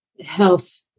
health